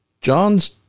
John's